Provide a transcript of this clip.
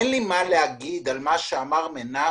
אין לי מה להגיד על מה שאמר מנשה,